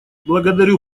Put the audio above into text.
благодарю